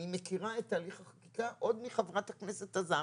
אני מכירה את הליך החקיקה עוד מחברת הכנסת עזריה,